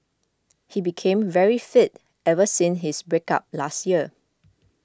he became very fit ever since his break up last year